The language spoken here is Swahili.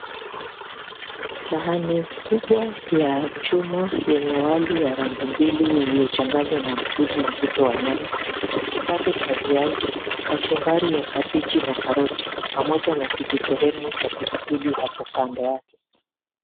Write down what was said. Sahani kubwa ya chuma yenye wali wa rangi mbili uliochanganywa na mchuzi mzito wa nyama, kipande cha viazi, kachumbari ya kabiji na karoti pamoja na kijisehemu cha pilipili hapo kando yake.